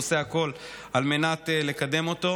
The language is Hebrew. והוא עושה הכול על מנת לקדם אותו,